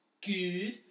good